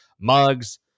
mugs